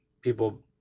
people